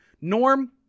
Norm